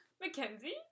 Mackenzie